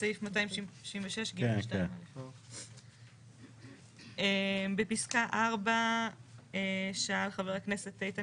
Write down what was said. בסעיף 266 (ג) 2א'. בפסקה 4 שאל חבר הכנסת איתן